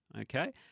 okay